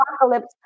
apocalypse